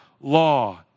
law